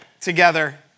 together